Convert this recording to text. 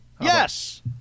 Yes